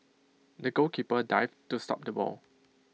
the goalkeeper dived to stop the ball